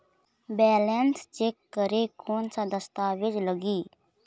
Balance check करें कोन सा दस्तावेज लगी?